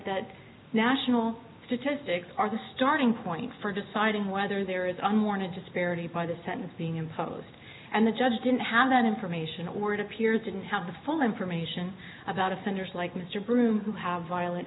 that national statistics are the starting point for deciding whether there is unwarranted disparity by the sentence being imposed and the judge didn't have that information or it appears didn't have the full information about offenders like mr broom who have violent